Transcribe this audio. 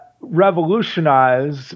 revolutionize